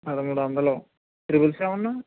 పదమూడు వందలు triple seven